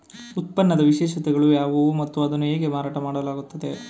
ಉತ್ಪನ್ನದ ವಿಶೇಷತೆಗಳು ಯಾವುವು ಮತ್ತು ಅದನ್ನು ಹೇಗೆ ಮಾರಾಟ ಮಾಡಲಾಗುತ್ತದೆ?